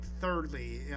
thirdly